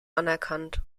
anerkannt